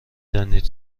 دانید